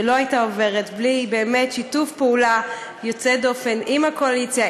שלא הייתה עוברת בלי שיתוף פעולה יוצא דופן עם הקואליציה,